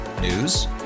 News